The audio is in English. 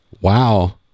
Wow